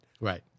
Right